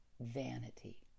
vanity